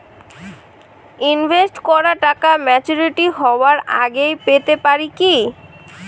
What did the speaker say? Invest করা টাকা maturity হবার আগেই পেতে পারি কি?